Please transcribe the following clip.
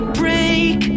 break